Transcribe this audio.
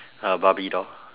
uh barbie doll